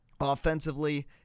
offensively